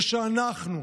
ושאנחנו,